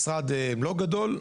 משרד לא גדול,